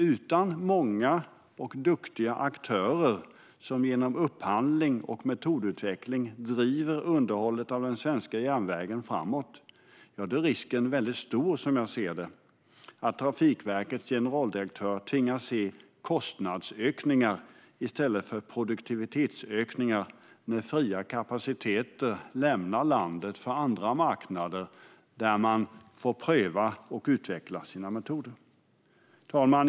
Utan många och duktiga aktörer som genom upphandling och metodutveckling driver underhållet av den svenska järnvägen framåt är risken, som jag ser det, stor att Trafikverkets generaldirektör tvingas se kostnadsökningar i stället för produktivitetsökningar när fria kapaciteter lämnar landet för andra marknader där de får pröva och utveckla sina metoder. Fru talman!